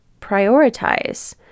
prioritize